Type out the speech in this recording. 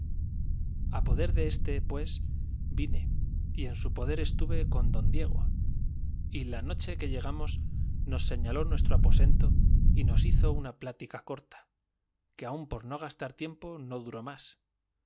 a poder de éste pues vine y en su poder estuve con don diego y la noche que llegamos nos señaló nuestro aposento y nos hizo una plática corta que aun por no gastar tiempo no duró más